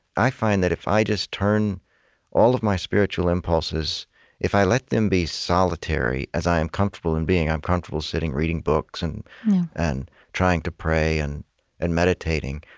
i find that if i just turn all of my spiritual impulses if i let them be solitary, as i am comfortable in being i'm comfortable sitting reading books and and trying to pray and and meditating.